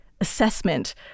assessment